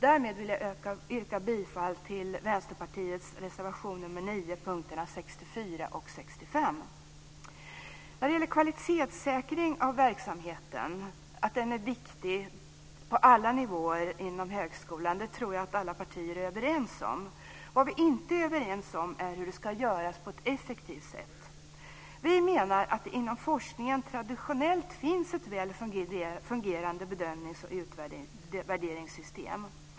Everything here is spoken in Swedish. Därmed yrkar jag bifall till Vänsterpartiets reservation nr 9 under punkterna 64 och 65. Att kvalitetssäkringen av verksamheten är viktig på alla nivåer inom högskolan tror jag att alla partier är överens om. Men vad vi inte är överens om är hur det ska göras så att det blir på ett effektivt sätt. Vi menar att det inom forskningen traditionellt finns ett väl fungerande bedömnings och utvärderingssystem.